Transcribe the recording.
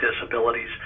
disabilities